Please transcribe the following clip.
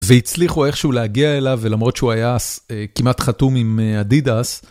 והצליחו איכשהו להגיע אליו, ולמרות שהוא היה כמעט חתום עם אדידס.